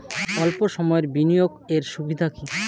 অল্প সময়ের বিনিয়োগ এর সুবিধা কি?